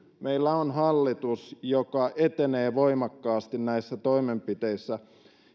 meillä on hallitus joka etenee voimakkaasti näissä toimenpiteissä